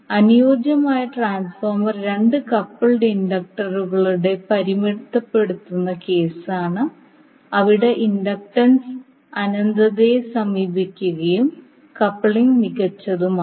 അനുയോജ്യമായ ട്രാൻസ്ഫോർമർ രണ്ട് കപ്പിൾഡ് ഇൻഡക്റ്ററുകളുടെ പരിമിതപ്പെടുത്തുന്ന കേസാണ് അവിടെ ഇൻഡക്റ്റൻസ് അനന്തതയെ സമീപിക്കുകയും കപ്ലിംഗ് മികച്ചതുമാണ്